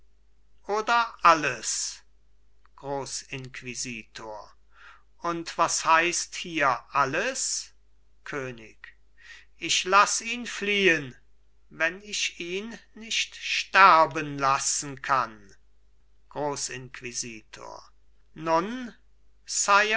oder alles grossinquisitor und was heißt hier alles könig ich laß ihn fliehen wenn ich ihn nicht sterben lassen kann grossinquisitor nun